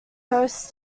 hosts